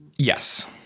Yes